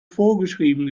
vorgeschrieben